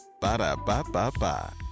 Ba-da-ba-ba-ba